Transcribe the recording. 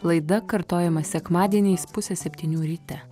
laida kartojama sekmadieniais pusę septynių ryte